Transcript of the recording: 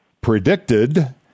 predicted